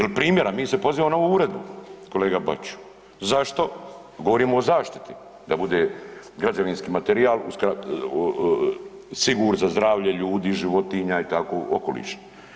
Ili primjera mi se pozivamo na ovu uredbu, kolega Bačiću, zašto govorimo o zaštiti, da bude građevinski materijal siguran za zdravlje ljudi, životinja i tako okoliša.